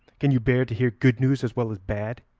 can you bear to hear good news as well as bad?